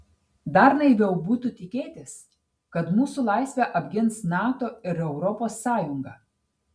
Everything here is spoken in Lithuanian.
dar naiviau būtų tikėtis kad mūsų laisvę apgins nato ir europos sąjunga